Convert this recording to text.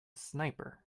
sniper